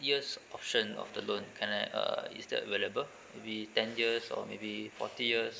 years option of the loan can I err is that available maybe ten years or maybe forty years